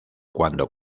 cuando